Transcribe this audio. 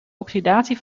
oxidatie